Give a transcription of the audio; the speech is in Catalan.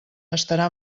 estarà